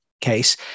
case